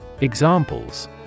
Examples